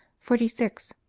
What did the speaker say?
forty six.